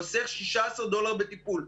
חוסך $16 בטיפול,